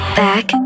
back